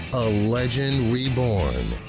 a legend reborn!